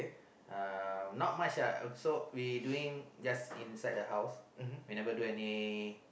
uh not much ah so we doing just inside the house we never do any